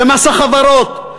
במס החברות,